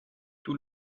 tout